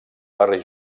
barri